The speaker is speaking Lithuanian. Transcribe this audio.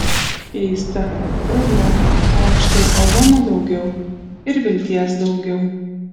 keista ruduo o štai ozono daugiau ir vilties daugiau